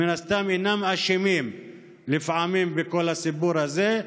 שמן הסתם אינם אשמים לפעמים בכל הסיפור הזה,